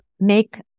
make